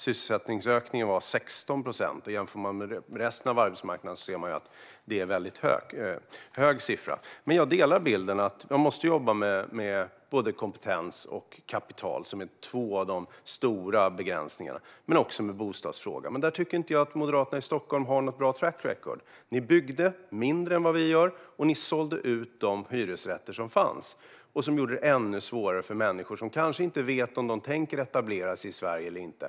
Sysselsättningsökningen var 16 procent. Jämför man med resten av arbetsmarknaden ser man att det är en hög siffra. Jag delar bilden att man måste jobba med både kompetens och kapital, som är två av de stora begränsningarna, men också med bostadsfrågan. Här har Moderaterna i Stockholm inte något bra track record. Ni byggde mindre än vad vi gör, och ni sålde ut de hyresrätter som fanns. Det gör det ännu svårare för människor som inte vet om de tänker etablera sig i Sverige eller inte.